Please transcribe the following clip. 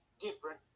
different